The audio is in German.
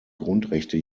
grundrechte